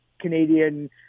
Canadian